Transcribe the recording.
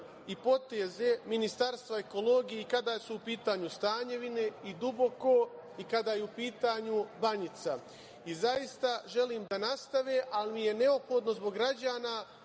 i poteze Ministarstva ekologije i kada su u pitanju Stanjevine i Duboko i kada je u pitanju Banjica. Zaista želim da nastave, ali mi je neophodno zbog građana